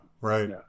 right